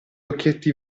occhietti